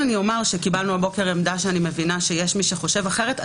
קיבלנו הבוקר עמדה שאני מבינה שיש מי שחושב אחרת.